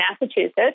Massachusetts